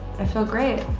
i felt great.